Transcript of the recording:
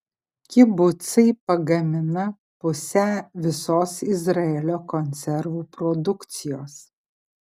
kibucai pagamina pusę visos izraelio konservų produkcijos